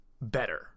better